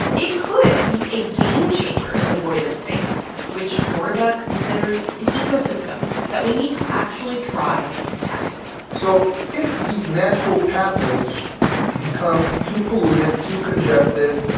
it could be a game changer in the void of space, which moriba considers an ecosystem that we need to actually try to protect so if these natural pathways become too polluted, too congested,